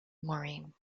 maureen